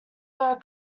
were